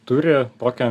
turi tokią